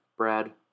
Brad